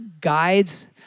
guides